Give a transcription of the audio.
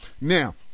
now